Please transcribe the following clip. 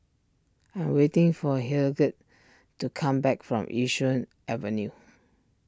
I'm waiting for Hildegard to come back from Yishun Avenue